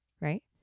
right